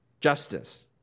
Justice